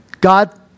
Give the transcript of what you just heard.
God